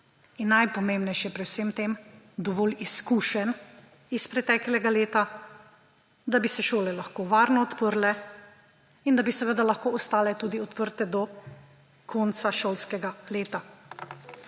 – najpomembnejše pri vsem tem – dovolj izkušenj iz preteklega leta, da bi se šole lahko varno odprle in da bi seveda lahko ostale tudi odprte do konca šolskega leta.